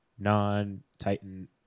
non-Titan